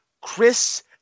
Chris